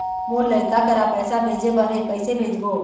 मोर लइका करा पैसा भेजें बर हे, कइसे भेजबो?